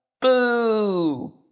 Boo